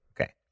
Okay